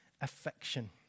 affection